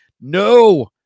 no